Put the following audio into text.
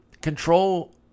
control